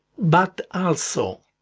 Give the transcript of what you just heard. but also,